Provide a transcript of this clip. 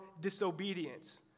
disobedience